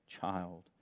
child